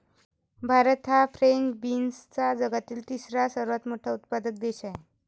भारत हा फ्रेंच बीन्सचा जगातील तिसरा सर्वात मोठा उत्पादक देश आहे